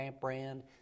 brand